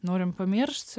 norim pamiršt